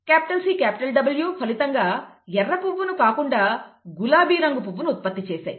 CR CW ఫలితంగా ఎర్ర పువ్వును కాకుండా గులాబీ రంగు పువ్వును ఉత్పత్తి చేశాయి